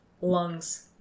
Lungs